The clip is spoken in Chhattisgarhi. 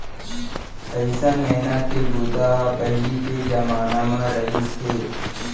अइसन मेहनत के बूता ह पहिली के जमाना म रहिस हे